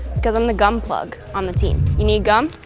cause i'm the gum plug on the team. you need gum?